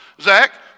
Zach